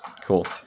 Cool